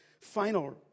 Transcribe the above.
final